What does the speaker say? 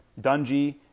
Dungy